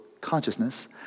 consciousness